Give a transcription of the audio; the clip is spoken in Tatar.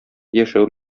яшәү